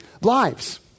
lives